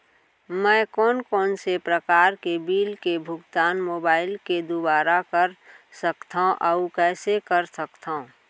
मैं कोन कोन से प्रकार के बिल के भुगतान मोबाईल के दुवारा कर सकथव अऊ कइसे कर सकथव?